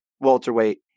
welterweight